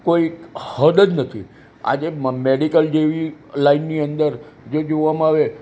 કોઈક હદ જ નથી આજે મેડિકલ જેવી લાઇનની અંદર જે જોવામાં આવે